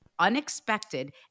unexpected